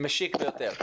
משיק ביותר.